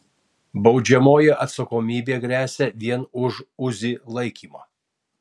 baudžiamoji atsakomybė gresia vien už uzi laikymą